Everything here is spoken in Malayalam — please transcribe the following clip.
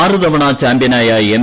ആറ് തവണ ചാമ്പ്യനായ എം